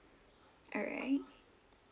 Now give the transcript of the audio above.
alright